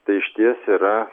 tai išties yra